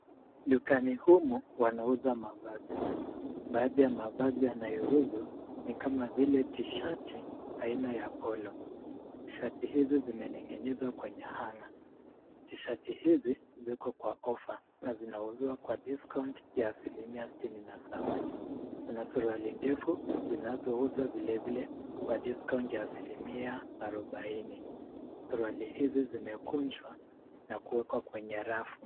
Dukani humu wanauza mavazi, baadhi ya mavazi yanayouzwa ni kama vile t-shirt aina ya polo. T-shirt hizi zimening'inizwa kwenye hanger . T-shirt hizi viko kwa ofa na zinauzwa kwa discount ya asilimia sitini na saba. Kuna suruali ndefu zinazouzwa vilevile kwa discount ya asilimia arobaini. Suruali hizi zimekunjwa na kuwekwa kwenye rafu.